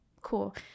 Cool